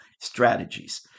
strategies